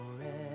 forever